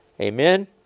Amen